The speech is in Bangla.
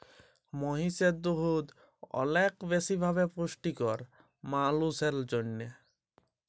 মহিষের দুহুদ অলেক বেশি ভাবে পুষ্টিকর মালুসের জ্যনহে